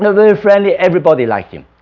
and very friendly everybody liked him